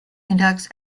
conducts